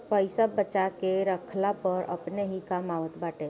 पईसा बचा के रखला पअ अपने ही काम आवत बाटे